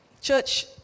Church